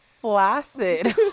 flaccid